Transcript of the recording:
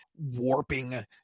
warping